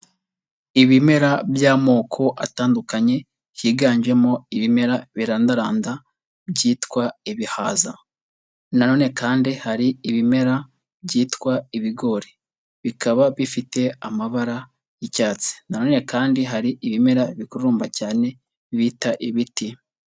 Ibimera by'amoko atandukanye higanjemo ibimera birandaranda byitwa ibihaza na none kandi hari ibimera byitwa ibigori, bikaba bifite amabara y'icyatsi na none kandi hari ibimera bikururumba cyane bita ibiti.